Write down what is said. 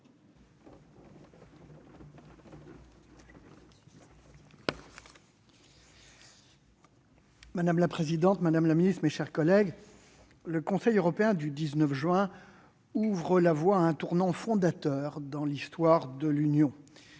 Madame la présidente, madame la secrétaire d'État, mes chers collègues, le Conseil européen du 19 juin ouvre la voie à un tournant fondateur dans l'histoire de l'Union.